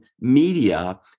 media